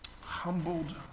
humbled